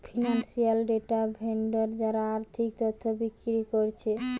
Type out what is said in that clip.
financial data vendor যারা আর্থিক তথ্য বিক্রি কোরছে